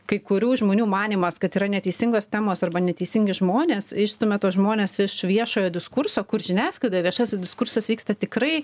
kai kurių žmonių manymas kad yra neteisingos temos arba neteisingi žmonės išstumia tuos žmones iš viešojo diskurso kur žiniasklaida viešasis diskursas vyksta tikrai